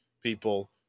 people